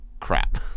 crap